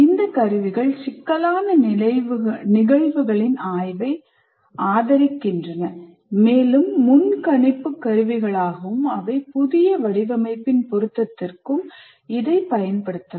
இந்த கருவிகள் சிக்கலான நிகழ்வுகளின் ஆய்வை ஆதரிக்கின்றன மேலும் முன்கணிப்பு கருவிகளாகவும் அவை புதிய வடிவமைப்பின் பொருத்தத்திற்கு இதை பயன்படுத்தலாம்